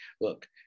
Look